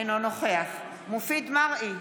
אינו נוכח מופיד מרעי,